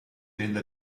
tende